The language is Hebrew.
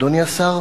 אדוני השר,